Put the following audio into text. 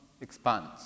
expands